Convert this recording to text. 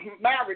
marriage